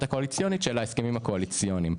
קואליציונית של ההסכמים הקואליציוניים.